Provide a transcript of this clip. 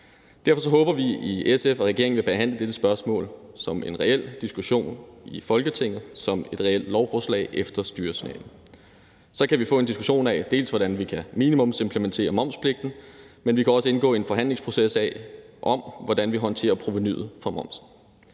Derfor håber vi i SF, at regeringen vil behandle dette spørgsmål som en reel diskussion i Folketinget og som et reelt lovforslag vedrørende styresignalet. Så kan vi få en diskussion af, hvordan vi kan minimumsimplementere momspligten, men vi kan også indgå i en forhandlingsproces, i forhold til hvordan vi håndterer provenuet fra momsen.